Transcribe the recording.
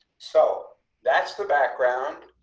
so that's the background.